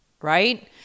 Right